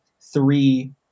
three